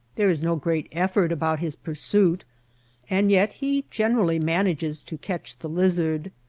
there is no great effort about his pur suit and yet he generally manages to catch the lizard.